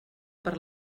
per